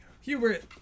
Hubert